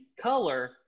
color